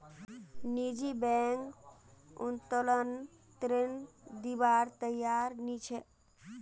निजी बैंक उत्तोलन ऋण दिबार तैयार नइ छेक